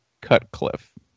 Cutcliffe